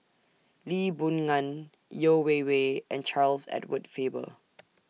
Lee Boon Ngan Yeo Wei Wei and Charles Edward Faber